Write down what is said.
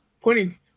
Pointing